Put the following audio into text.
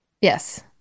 Yes